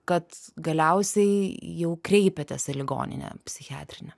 kad galiausiai jau kreipėtės į ligoninę psichiatrinę